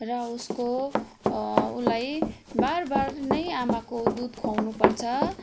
र उसको उसलाई बार बार नै आमाको दुध खुवाउनु पर्छ